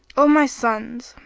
o my sons,